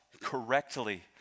correctly